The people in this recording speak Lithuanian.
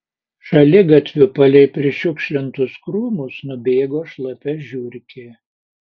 šaligatviu palei prišiukšlintus krūmus nubėgo šlapia žiurkė